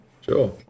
Sure